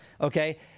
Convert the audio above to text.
okay